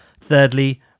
Thirdly